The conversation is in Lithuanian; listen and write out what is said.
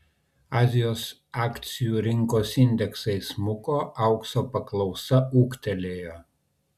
azijos akcijų rinkos indeksai smuko aukso paklausa ūgtelėjo